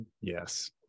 Yes